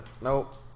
Nope